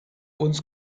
uns